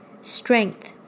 Strength